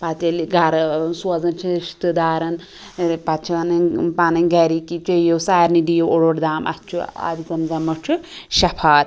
پَتہٕ ییٚلہِ گھرٕ ٲں سوزان چھِ رِشتہٕ دارَن ٲں پَتہٕ چھِ وَنان یم پَنٕنۍ گھرکۍ یہِ چیٚیِو سا سارنٕے دِیِو اوٚڑ اوٚڑ دام اتھ چھُ آبِ زَم زَمَس چھُ شَفاعت